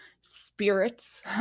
spirits